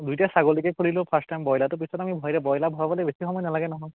দুয়োটাই ছাগলীকে খুলিলোঁ ফাৰ্ষ্ট টাইম ব্ৰইলাৰটো পিছত আমি ভৰাই এতিয়া ব্ৰইলাৰ ভৰাবলৈ বেছি সময় নালাগে নহয়